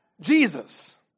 Jesus